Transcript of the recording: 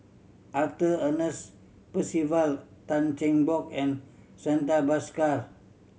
Arthur Ernest Percival Tan Cheng Bock and Santha Bhaskar